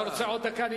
אתה רוצה עוד דקה?